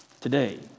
Today